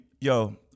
yo